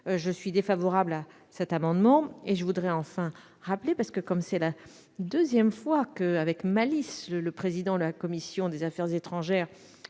est défavorable à cet amendement. Je veux enfin rappeler, car c'est la deuxième fois que, avec malice, le président de la commission des affaires étrangères,